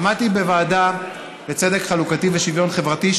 עמדתי בראש הוועדה לצדק חלוקתי ושוויון חברתי,